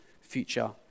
future